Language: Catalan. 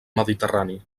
mediterrani